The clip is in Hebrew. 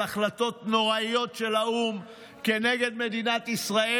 החלטות נוראיות של האו"ם כנגד מדינת ישראל,